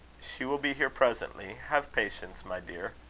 she will be here presently. have patience, my dear.